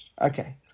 Okay